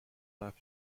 left